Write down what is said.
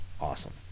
Awesome